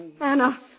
Anna